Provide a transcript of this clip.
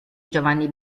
giovanni